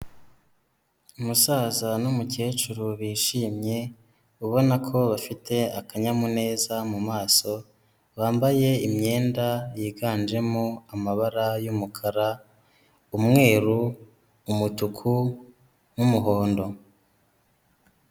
Umusaza n'umukecuru bishimye ubona ko bafite akanyamuneza mu maso, bambaye imyenda yiganjemo amabara y'umukara, umweru, umutuku n'umuhondo.